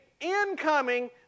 incoming